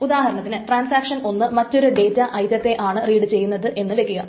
ഉദാഹരണത്തിന് ട്രാൻസാക്ഷൻ 1 മറ്റൊരു ഡേറ്റ ഐറ്റത്തെയാണ് റീഡ് ചെയ്യുന്നതെന്നു വയ്ക്കുക